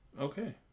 Okay